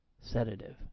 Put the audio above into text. sedative